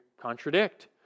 contradict